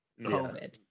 COVID